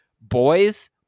boys